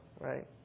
Right